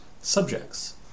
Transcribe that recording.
subjects